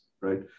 right